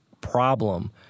problem